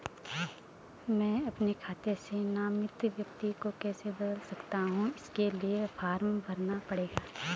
मैं अपने खाते से नामित व्यक्ति को कैसे बदल सकता हूँ इसके लिए फॉर्म भरना पड़ेगा?